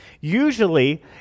Usually